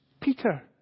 Peter